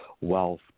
wealth